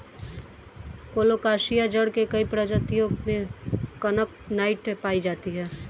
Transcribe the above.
colocasia जड़ के कई प्रजातियों में कनकनाहट पायी जाती है